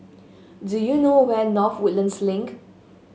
do you know where North Woodlands Link